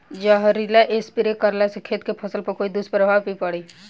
जहरीला स्प्रे करला से खेत के फसल पर कोई दुष्प्रभाव भी पड़ी?